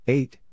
Eight